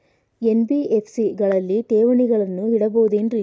NBFC ಗಳಲ್ಲಿ ಠೇವಣಿಗಳನ್ನು ಇಡಬಹುದೇನ್ರಿ?